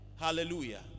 Hallelujah